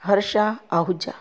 Harsha Ahuja